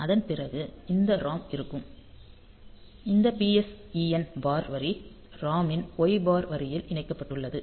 அதன் பிறகு இந்த ROM இருக்கும் இந்த PSEN பார் வரி ROM இன் y பார் வரியில் இணைக்கப்பட்டுள்ளது